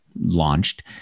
launched